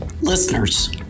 Listeners